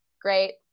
great